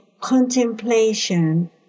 contemplation